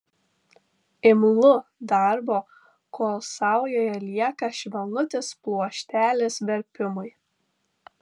imlu darbo kol saujoje lieka švelnutis pluoštelis verpimui